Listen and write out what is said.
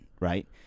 right